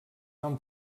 van